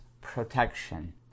protection